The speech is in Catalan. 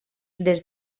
des